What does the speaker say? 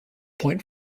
point